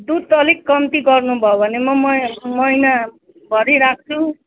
दुध अलिक कम्ती गर्नु भयो भने म मइ महिनाभरि राख्छु